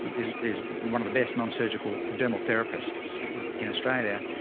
is is one of the best nonsurgical dental therapists in australia.